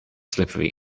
slippery